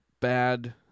bad